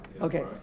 Okay